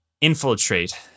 infiltrate